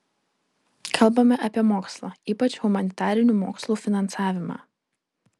kalbame apie mokslą ypač humanitarinių mokslų finansavimą